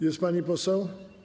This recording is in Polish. Jest pani poseł?